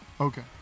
Okay